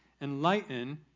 enlighten